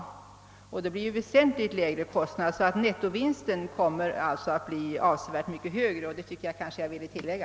Detta innebär en väsentligt lägre kostnad med resultat att nettovinsten blir avsevärt mycket högre. Det var detta jag ville tillägga.